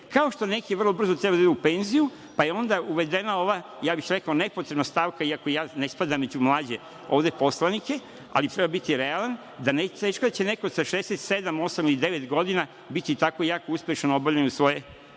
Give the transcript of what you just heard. Kao što neki vrlo brzo treba da idu u penziju, pa je onda uvedena ova, ja bih rekao, nepotrebna stavka, iako ja ne spadam među mlađe ovde poslanike, ali treba biti realan, da neće neko sa 67, 68 ili 69 godina biti tako jako uspešan u obavljanju svoje